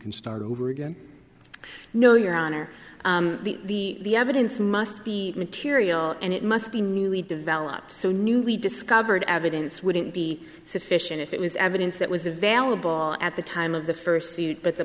can start over again no your honor the evidence must be material and it must be newly developed so newly discovered evidence wouldn't be sufficient if it was evidence that was a valuable at the time of the first suit but the